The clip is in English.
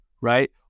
right